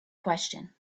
question